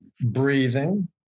breathing